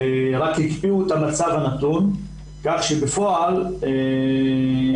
רק הקפיאו את המצב הנתון כך שבפועל הליכי